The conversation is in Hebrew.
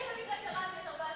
אני במקרה קראתי את 14 ההסתייגויות.